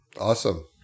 awesome